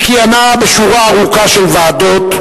היא כיהנה בשורה ארוכה של ועדות,